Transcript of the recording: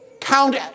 count